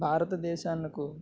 భారతదేశానికి